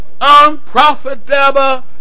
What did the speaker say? Unprofitable